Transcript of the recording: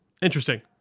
Interesting